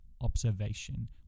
observation